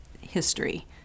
history